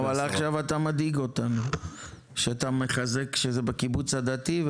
כן אבל עכשיו אתה מדאיג אותנו שאתה מחזק שזה בקיבוץ הדתי,